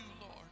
Lord